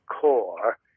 core